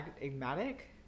enigmatic